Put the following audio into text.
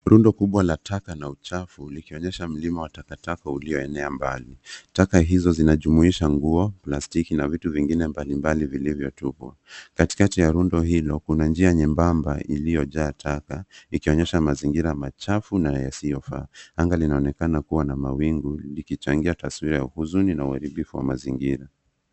Rundo kubwa la uchafu likionyesha mlima wa takataka ulioenea mbali. Taka hizo zinajumuisha nguo, plastiki na vitu vingine mbalimbali vilivyotupwa. Katikati ya rundo hilo, kuna njia nyembamba iliyojaa taka, ikionyesha mazingira machafu na yasiyofaa. Anga linaonekana kuwa na mawingu likichangia taswira ya huzuni na uharibifu wa mazingira.